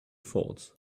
faults